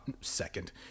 second